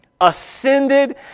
Ascended